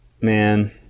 man